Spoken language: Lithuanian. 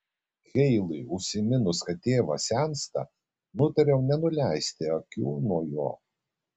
heilui užsiminus kad tėvas sensta nutariau nenuleisti akių nuo jo